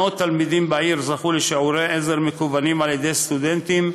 מאות תלמידים בעיר זכו לשיעורי עזר מקוונים על-ידי סטודנטים,